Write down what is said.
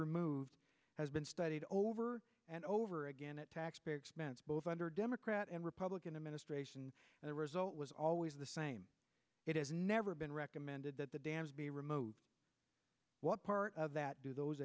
removed has been studied over and over again at taxpayer expense both under democrat and republican administration and the result was always the same it has never been recommended that the dams be removed what part of that do those